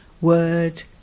word